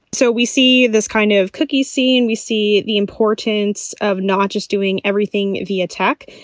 so we see this kind of cookie scene. we see the importance of not just doing everything, the attack.